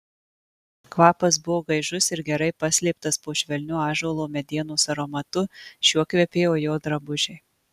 kvapas buvo gaižus ir gerai paslėptas po švelniu ąžuolo medienos aromatu šiuo kvepėjo jo drabužiai